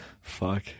Fuck